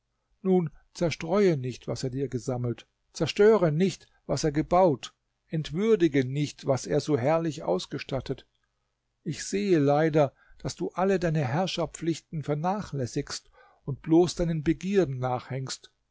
nun zerstreue nicht was er dir gesammelt zerstöre nicht was er gebaut entwürdige nicht was er so herrlich ausgestattet ich sehe leider daß du alle deine herrscherpflichten vernachlässigst und bloß deinen begierden nachhängst